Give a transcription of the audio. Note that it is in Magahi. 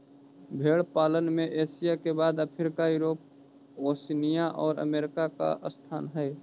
भेंड़ पालन में एशिया के बाद अफ्रीका, यूरोप, ओशिनिया और अमेरिका का स्थान हई